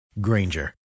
Granger